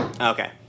Okay